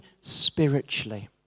spiritually